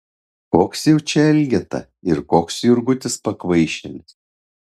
koks jau čia elgeta ir koks jurgutis pakvaišėlis